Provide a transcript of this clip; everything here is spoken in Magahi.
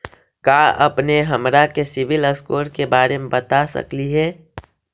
का अपने हमरा के सिबिल स्कोर के बारे मे बता सकली हे?